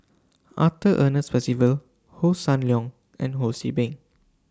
Arthur Ernest Percival Hossan Leong and Ho See Beng